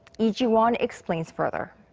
lee ji-won explains further.